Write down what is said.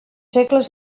segles